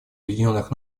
объединенных